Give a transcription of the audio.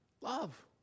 love